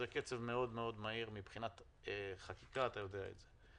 זה קצב מהיר מאוד מבחינת חקיקה, אתה יודע את זה.